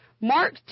Mark